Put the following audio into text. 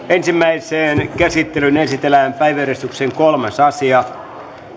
ensimmäiseen käsittelyyn esitellään päiväjärjestyksen kolmas asia